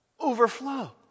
overflow